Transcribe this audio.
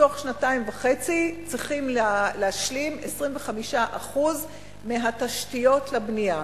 בתוך שנתיים וחצי צריכים להשלים 25% מהתשתיות לבנייה.